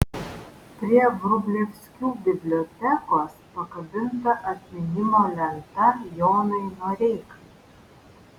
prie vrublevskių bibliotekos pakabinta atminimo lenta jonui noreikai